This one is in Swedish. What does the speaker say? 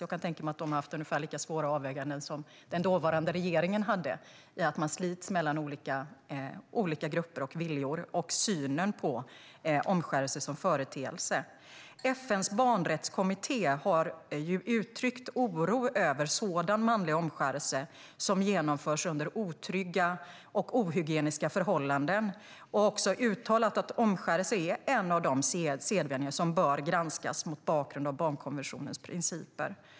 Jag kan tänka mig att de har haft lika svåra avväganden att göra som den dåvarande regeringen hade i att man slits mellan olika grupper och viljor samt synen på omskärelse som företeelse. FN:s barnrättskommitté har uttryckt oro över sådan manlig omskärelse som genomförs under otrygga och ohygieniska förhållanden. Kommittén har uttalat att omskärelse är en av de sedvänjor som bör granskas mot bakgrund av barnkonventionens principer.